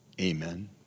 Amen